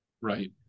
right